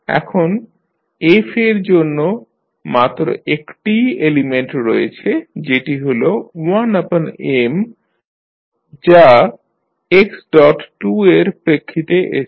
এখন f এর জন্য মাত্র একটিই এলিমেন্ট রয়েছে যেটি হল যা এর প্রেক্ষিতে এসেছে